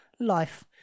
life